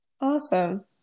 Awesome